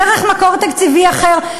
דרך מקור תקציבי אחר.